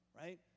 right